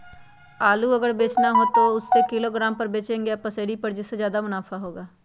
आलू अगर बेचना हो तो हम उससे किलोग्राम पर बचेंगे या पसेरी पर जिससे ज्यादा मुनाफा होगा?